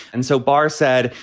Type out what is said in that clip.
and so barr said,